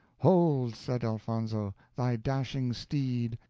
hold, said elfonzo, thy dashing steed.